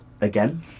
again